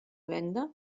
venda